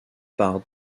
par